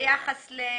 ביחס לריבית,